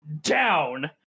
Down